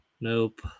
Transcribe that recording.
Nope